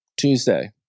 Tuesday